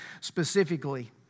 specifically